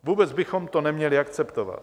Vůbec bychom to neměli akceptovat.